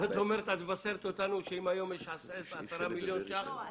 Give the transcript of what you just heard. את מבשרת אותנו שאם היום יש 10 מיליון ₪--- לא,